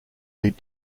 lead